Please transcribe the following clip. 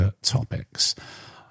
topics